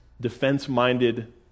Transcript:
defense-minded